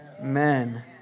Amen